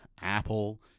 Apple